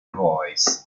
voice